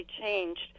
changed